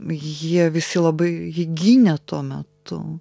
jie visi labai jį gynė tuo metu